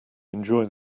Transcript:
enjoy